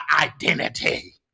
identity